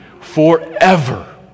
forever